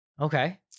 Okay